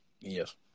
yes